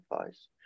advice